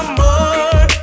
more